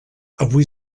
avui